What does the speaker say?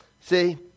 See